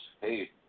hey